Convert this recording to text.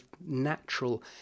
natural